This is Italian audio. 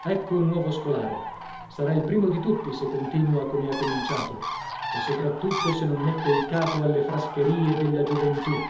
ecco un nuovo scolaro sarà il primo di tutti se continua come ha cominciato e sopra tutto se non mette il capo alle frascheria della gioventù